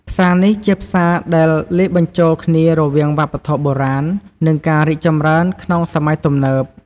ផ្សារនេះជាផ្សារដែលលាយបញ្ចូលគ្នារវាងវប្បធម៌បុរាណ និងការរីកចម្រើនក្នុងសម័យទំនើប។